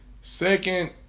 Second